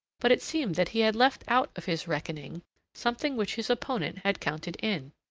but it seemed that he had left out of his reckoning something which his opponent had counted in.